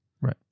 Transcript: Right